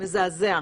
מזעזע.